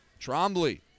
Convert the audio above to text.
Trombley